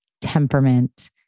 temperament